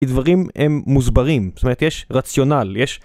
כי דברים הם מוסברים, זאת אומרת יש רציונל, יש...